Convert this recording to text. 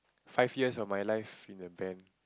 five years of my life in a band